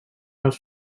els